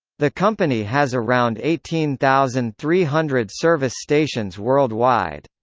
the company has around eighteen thousand three hundred service stations worldwide.